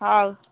ହଉ